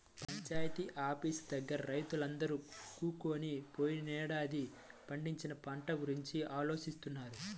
panchayat office దగ్గర రైతులందరూ కూకొని పోయినేడాది పండించిన పంట గురించి ఆలోచిత్తన్నారు